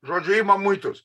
žodžiu ima muitus